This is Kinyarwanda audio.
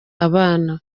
abana